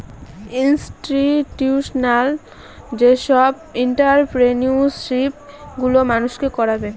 institutional যেসব entrepreneurship গুলো মানুষকে করাবে